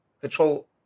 Control